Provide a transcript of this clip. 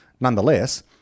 nonetheless